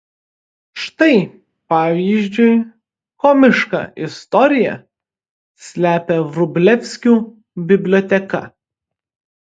štai pavyzdžiui komišką istoriją slepia vrublevskių biblioteka